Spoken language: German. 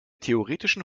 theoretischen